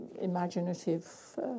Imaginative